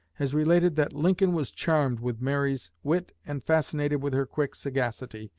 has related that lincoln was charmed with mary's wit and fascinated with her quick sagacity,